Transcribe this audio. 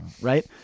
right